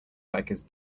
bikers